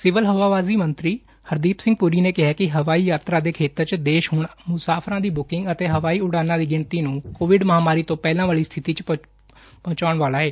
civil ਹਵਾਬਾਜੀ ਮੰਤਰੀ ਹਰਦੀਪ ਸਿੰਘ ਪੁਰੀ ਨੇ ਕਿਹਾ ਕਿ ਹਵਾਈ ਯਾਤਰਾ ਦੇ ਖੇਤਰ ਚ ਦੇਸ਼ ਹੁਣ ਮੁਸਾਫ਼ਰਾਂ ਦੀ ਬੁਕਿੰਗ ਅਤੇ ਹਵਾਈ ਉਡਾਣਾ ਦੀ ਗਿਣਤੀ ਨੂੰ ਕੋਵਿਡ ਮਹਾਮਾਰੀ ਤੋਂ ਪਹਿਲਾਂ ਵਾਲੀ ਸਬਿਤੀ ਚ ਪਹੂੰਚਣ ਵਾਲਾ ਏ